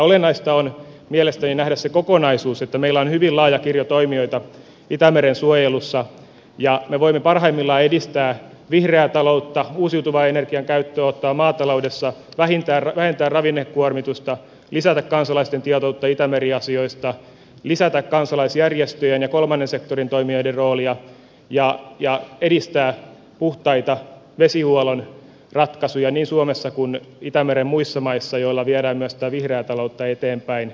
olennaista on mielestäni nähdä se kokonaisuus että meillä on hyvin laaja kirjo toimijoita itämeren suojelussa ja me voimme parhaimmillaan edistää vihreää taloutta uusiutuvan energian käyttöönottoa maataloudessa vähentää ravinnekuormitusta lisätä kansalaisten tietoutta itämeri asioista lisätä kansalaisjärjestöjen ja kolmannen sektorin toimijoiden roolia ja edistää puhtaita vesihuollon ratkaisuja niin suomessa kuin itämeren muissa maissa joilla viedään myös vihreää taloutta eteenpäin